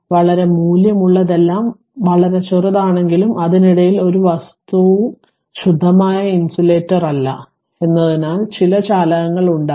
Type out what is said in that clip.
വളരെ മൂല്യമുള്ളതെല്ലാം വളരെ ചെറുതാണെങ്കിലും അതിനിടയിൽ ഒരു വസ്തുവും ശുദ്ധമായ ഇൻസുലേറ്ററല്ല എന്നതിനാൽ ചില ചാലകങ്ങൾ ഉണ്ടാകും